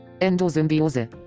Endosymbiose